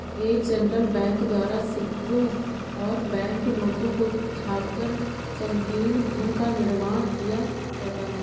एक central bank द्वारा सिक्कों और बैंक नोटों को छापकर संकीर्ण धन का निर्माण किया जाता है